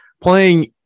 playing